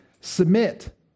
submit